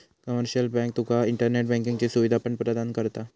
commercial bank तुका internet बँकिंगची सुवीधा पण प्रदान करता